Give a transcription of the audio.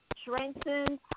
strengthened